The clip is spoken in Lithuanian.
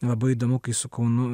labai įdomu kai su kaunu